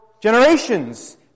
generations